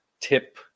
tip